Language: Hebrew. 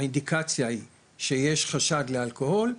שהאינדיקציה היא שיש חשד לאלכוהול,